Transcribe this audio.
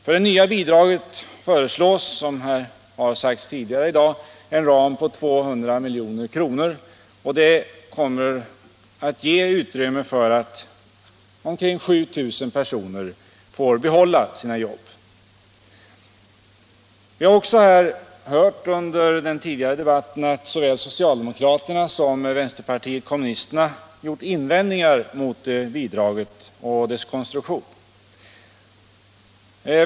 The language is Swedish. För det nya bidraget föreslås, som här har nämnts tidigare i dag, en ram på 200 milj.kr. Det kommer att ge utrymme för att omkring 7 000 personer får behålla Nr 129 sina jobb. Vi har också hört under den tidigare debatten att såväl so Torsdagen den cialdemokraterna som vänsterpartiet kommunisterna gjort invändningar 12 maj 1977 mot bidraget och dess konstruktion.